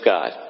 God